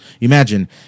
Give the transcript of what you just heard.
Imagine